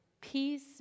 Peace